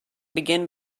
begin